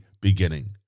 beginning